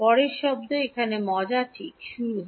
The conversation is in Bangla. পরের শব্দ এখানে মজা ঠিক শুরু হয়